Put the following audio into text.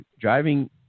driving